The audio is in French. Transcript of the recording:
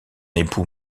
époux